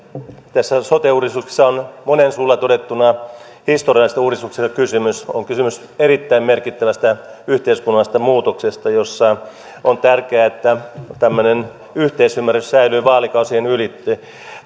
tässä sote uudistuksessa on monen suulla todettuna historiallisesta uudistuksesta kysymys on kysymys erittäin merkittävästä yhteiskunnallisesta muutoksesta jossa on tärkeää että tämmöinen yhteisymmärrys säilyy vaalikausien ylitse